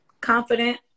Confident